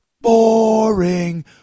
boring